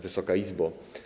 Wysoka Izbo!